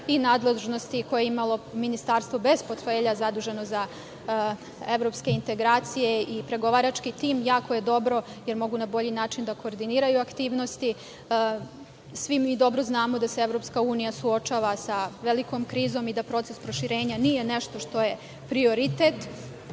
i nadležnosti koje je imalo Ministarstvo bez portfelja zaduženo za evropske integracije i pregovarački tim. Jako je dobro, jer mogu na bolju način da koordiniraju aktivnosti. Svi mi dobro znamo da se Evropska unija suočava sa velikom krizom, i da proces proširenja nije nešto što je prioritet. Ono